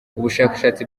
bushakashatsi